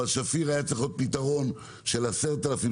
אבל שפיר היה צריך להיות פתרון של 10,000,